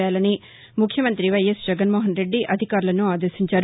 చేయాలని ముఖ్యమంతి వైయస్ జగన్మోహన్ రెడ్డి అధికారులను ఆదేశించారు